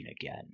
again